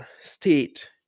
state